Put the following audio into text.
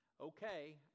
Okay